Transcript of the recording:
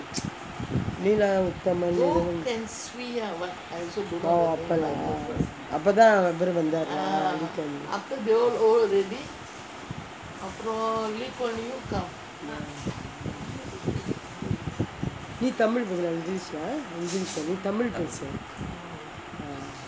வீர Uthaman uthaman oh அப்பலா அப்போ தா இவரு வந்தாரு:appelaa appo thaa ivaru vanthaaru lah lee kuan yew நீ:nee tamil பேசு நா:pesu naa english லே பேசறேன் நீ tamil பேசு:pesu